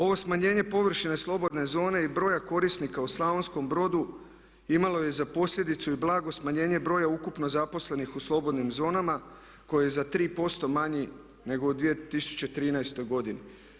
Ovo smanjenje površine slobodne zone i broja korisnika u Slavonskom Brodu imalo je za posljedicu i blago smanjenje broja ukupno zaposlenih u slobodnim zonama koji je za 3% manji nego u 2013. godini.